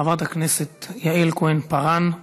חברת הכנסת יעל כהן-פארן.